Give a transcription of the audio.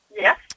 Yes